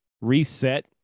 reset